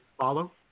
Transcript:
follow